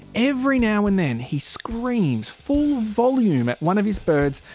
every now and then he screams full volume at one of his birds,